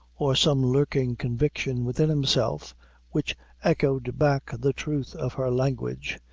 or some lurking conviction within himself which echoed back the truth of her language,